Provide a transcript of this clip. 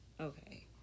Okay